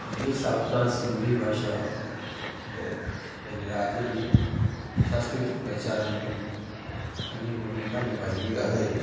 मुंहिंजे हिसाब सां सिंधी भाषा पे पंहिंजे राज्य जी सांस्कृतिक पहचान में चङी भूमिका निभाईंदी आहे